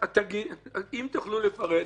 אם תוכלו לפרט,